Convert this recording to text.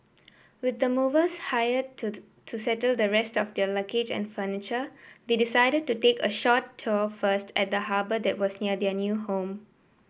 with the movers hired to the settle the rest of their luggage and furniture they decided to take a short tour first of at the harbour that was near their new home